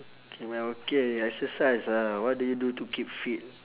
K now okay exercise ah what do you do to keep fit